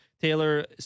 Taylor